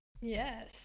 Yes